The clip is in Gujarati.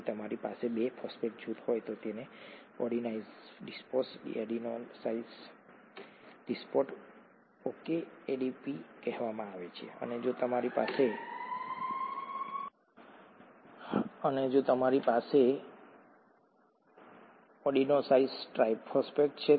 જો તમારી પાસે 2 ફોસ્ફેટ જૂથ હોય તો તેને adenosine diphosphate adenosine diphosphate okay ADP કહેવામાં આવે છે અને જો તમારી પાસે 3 ફોસ્ફેટ જૂથો જોડાયેલા હોય તો તમારી પાસે એડિનોસાઇન ટ્રાઇફોસ્ફેટ છે